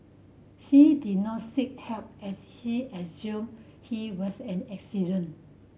she did not seek help as she assumed it was an accident